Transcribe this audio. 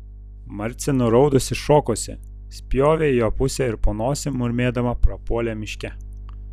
marcė nuraudusi šokosi spjovė į jo pusę ir po nosim murmėdama prapuolė miške